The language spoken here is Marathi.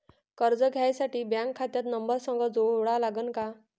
कर्ज घ्यासाठी बँक खात्याचा नंबर संग जोडा लागन का?